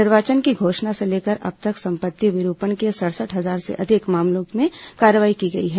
निर्वाचन की घोषणा से लेकर अब तक संपत्ति विरूपण के सड़सठ हजार से अधिक मामलों में कार्रवाई की गई है